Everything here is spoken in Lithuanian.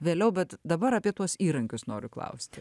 vėliau bet dabar apie tuos įrankius noriu klausti